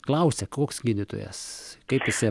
klausia koks gydytojas kaip jisai